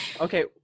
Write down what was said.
Okay